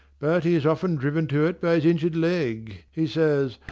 but, he is often driven to it by his injured leg, he says.